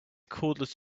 cordless